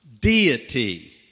deity